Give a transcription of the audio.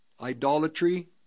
idolatry